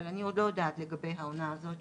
אבל אני עוד לא יודעת לגבי העונה הזאת.